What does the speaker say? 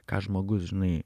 ką žmogus žinai